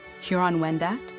Huron-Wendat